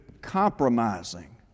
compromising